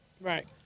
Right